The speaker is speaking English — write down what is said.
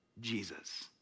Jesus